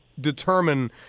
determine